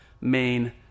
main